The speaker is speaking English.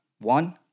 one